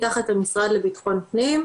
תחת המשרד לבטחון פנים.